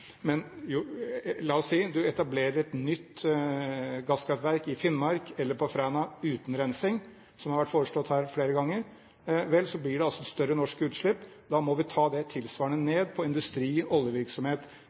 Men la oss si at man etablerer et nytt gasskraftverk uten rensing i Finnmark eller på Fræna, som har vært foreslått her flere ganger, og da blir det større norske utslipp. Da må vi ta det tilsvarende